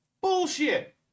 bullshit